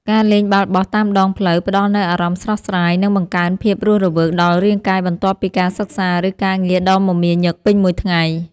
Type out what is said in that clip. ការលេងបាល់បោះតាមដងផ្លូវផ្ដល់នូវអារម្មណ៍ស្រស់ស្រាយ និង បង្កើនភាពរស់រវើកដល់រាងកាយបន្ទាប់ពីការសិក្សាឬការងារដ៏មមាញឹកពេញមួយថ្ងៃ។